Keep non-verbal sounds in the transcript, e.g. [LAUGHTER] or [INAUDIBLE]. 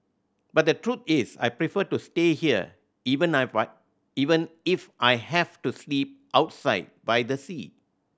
but the truth is I prefer to stay here even never [UNINTELLIGIBLE] even if I have to sleep outside by the sea